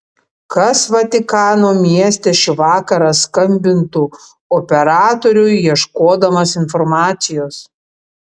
kas vatikano mieste šį vakarą skambintų operatoriui ieškodamas informacijos